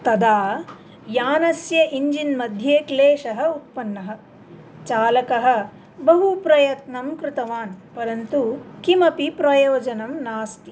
तदा यानस्य इञ्जिन्मध्ये क्लेशः उत्पन्नः चालकः बहु प्रयत्नं कृतवान् परन्तु किमपि प्रयोजनं नास्ति